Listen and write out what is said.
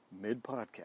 Mid-Podcast